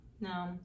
No